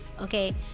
okay